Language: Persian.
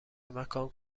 مکان